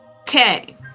okay